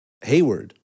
Hayward